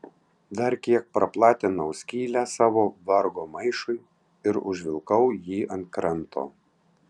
dar kiek praplatinau skylę savo vargo maišui ir užvilkau jį ant kranto